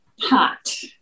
hot